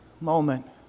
moment